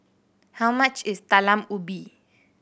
how much is Talam Ubi